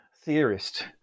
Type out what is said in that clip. theorist